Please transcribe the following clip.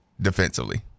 defensively